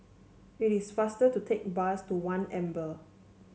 it is faster to take bus to One Amber